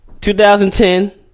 2010